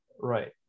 right